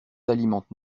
alimentent